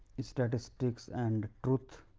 is statistics, and truth.